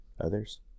others